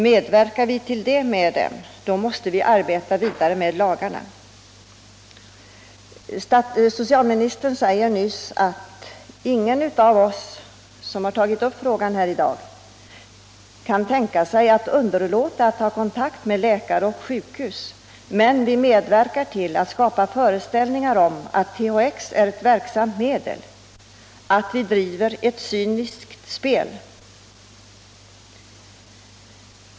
Medverkar vi till det med lagarna, måste vi arbeta om dem. Socialministern sade nyss att ingen av oss som har tagit upp frågan om THX här i dag kan tänka sig att underlåta att ta kontakt med läkare och sjukhus men att vi driver ett cyniskt spel när vi medverkar till att skapa föreställningar om att THX är ett verksamhet medel.